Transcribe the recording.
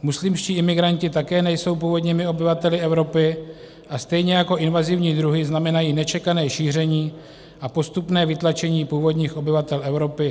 Muslimští imigranti také nejsou původními obyvateli Evropy a stejně jako invazivní druhy znamenají nečekané šíření a postupné vytlačení původních obyvatel Evropy.